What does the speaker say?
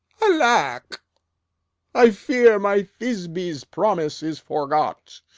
alack, i fear my thisby's promise is forgot!